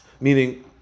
meaning